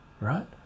right